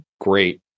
great